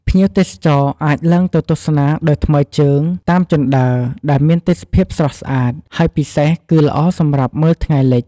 ភ្ញៀវទេសចរអាចឡើងទៅទស្សនាដោយថ្មើរជើងតាមជណ្ដើរ ដែលមានទេសភាពស្រស់ស្អាត ហើយពិសេសគឺល្អសម្រាប់មើលថ្ងៃលិច។